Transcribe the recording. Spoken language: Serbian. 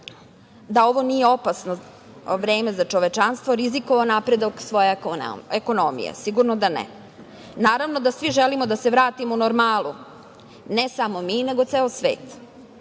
da ovo nije opasno vreme za čovečanstvo, rizikovao napredak svoje ekonomije, sigurno da ne. Naravno, da svi želimo da se vratimo u normalu, ne samo mi, nego ceo